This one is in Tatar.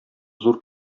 зур